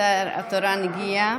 הינה השר התורן הגיע.